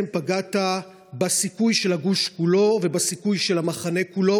פגעת בסיכוי של הגוש כולו ובסיכוי של המחנה כולו,